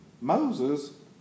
Moses